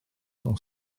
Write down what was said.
nos